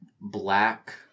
black